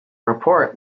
report